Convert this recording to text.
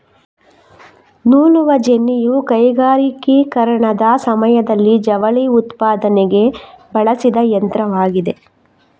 ನೂಲುವ ಜೆನ್ನಿಯು ಕೈಗಾರಿಕೀಕರಣದ ಸಮಯದಲ್ಲಿ ಜವಳಿ ಉತ್ಪಾದನೆಗೆ ಬಳಸಿದ ಯಂತ್ರವಾಗಿದೆ